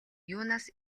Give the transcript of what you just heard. юунаас